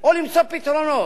או למצוא פתרונות?